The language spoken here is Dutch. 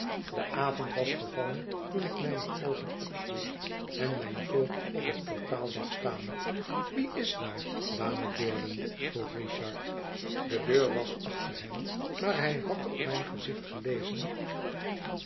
de avond was gevallen toen ik mijne oogen opsloeg en mijn voogd op het portaal zag staan wie is daar dame durden vroeg richard de deur was achter hem maar hij had op mijn gezicht gelezen